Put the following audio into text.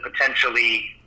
potentially